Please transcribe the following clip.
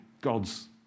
God's